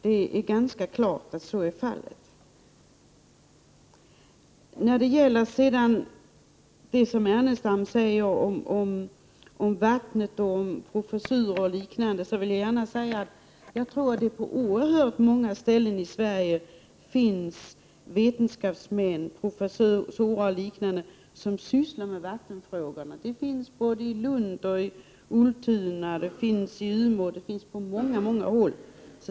Det är ganska klart att så är fallet. Lennart Brunander talade om vatten och om professurer på det området. Jag tror dock att det på oerhört många håll i Sverige finns vetenskapsmän, professorer och andra som arbetar med vattenfrågor. Det finns i Lund, Ultuna, Umeå och på många andra håll.